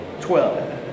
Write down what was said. Twelve